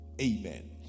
Amen